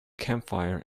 campfire